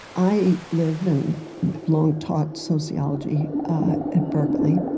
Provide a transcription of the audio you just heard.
i live and have long taught sociology at berkeley,